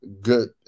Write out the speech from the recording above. good